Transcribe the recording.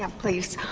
ah please